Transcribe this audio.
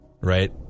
Right